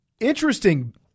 interesting